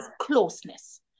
closeness